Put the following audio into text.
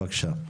בבקשה.